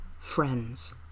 Friends